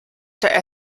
der